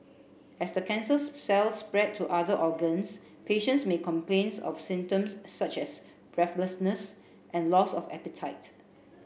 as the cancer cells spread to other organs patients may complain of symptoms such as breathlessness and loss of appetite